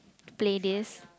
play this